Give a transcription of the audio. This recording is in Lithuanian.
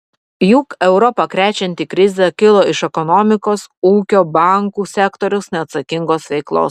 juk europą krečianti krizė kilo iš ekonomikos ūkio bankų sektoriaus neatsakingos veiklos